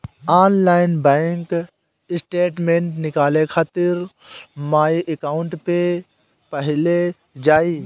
online bank statement निकाले खातिर my account पे पहिले जाए